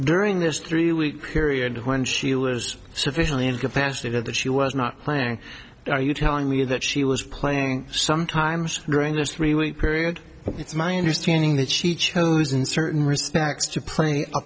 during this three week period when she was sufficiently incapacitated that she was not playing are you telling me that she was playing some times during this three week period it's my understanding that she chose in certain respects to play a